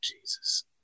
Jesus